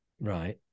Right